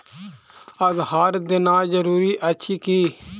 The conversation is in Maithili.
आधार देनाय जरूरी अछि की?